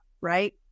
right